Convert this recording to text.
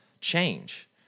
change